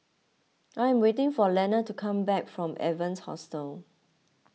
I am waiting for Leonor to come back from Evans Hostel